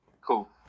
Cool